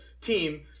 team